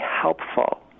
helpful